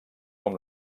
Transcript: com